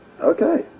Okay